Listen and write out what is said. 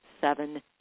seven